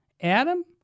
Adam